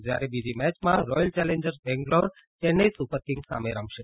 જયારે બીજી મેચમાં royal challenger Bangalore Chennai super kings સામે રમશે